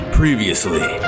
previously